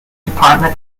department